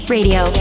Radio